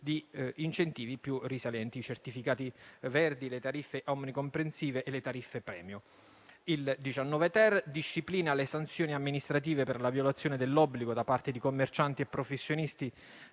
di incentivi più risalenti (Certificati verdi, le tariffe omnicomprensive e le tariffe premio). L'articolo 19-*ter* disciplina le sanzioni amministrative per la violazione dell'obbligo da parte di commercianti e professionisti